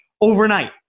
overnight